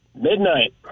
Midnight